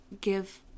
give